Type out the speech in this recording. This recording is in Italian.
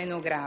meno grave.